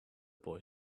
boy